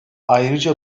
ayrıca